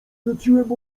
rzuciłem